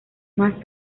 más